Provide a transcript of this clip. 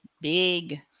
big